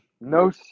No